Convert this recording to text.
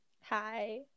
Hi